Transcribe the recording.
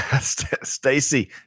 Stacy